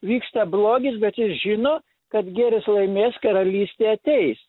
vyksta blogis bet jis žino kad gėris aimės karalystė ateis